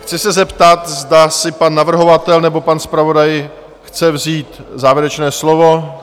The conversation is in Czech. Chci se zeptat, zda si pan navrhovatel či pan zpravodaj chce vzít závěrečné slovo?